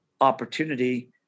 opportunity